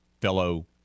fellow